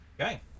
Okay